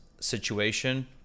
situation